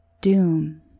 doom